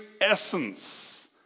essence